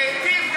לעיתים,